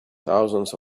thousands